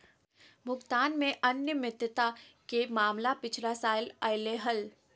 भुगतान में अनियमितता के मामला पिछला साल अयले हल